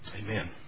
Amen